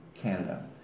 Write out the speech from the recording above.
Canada